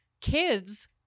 kids